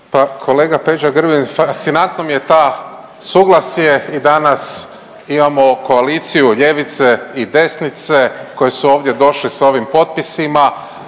kolega Peđa Grbin fascinantno mi je ta suglasje i danas imamo koaliciju ljevice i desnice koje su ovdje došli s ovim potpisima,